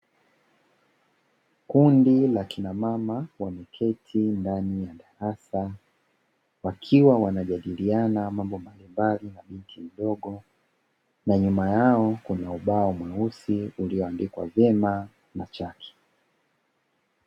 Kundi la akina mama wameketi ndani ya darasa, wakiwa wanajadiliana mambo mbalimbali, na nyuma yao kuna ubao mweusi ulioandikwa vyema na chaki.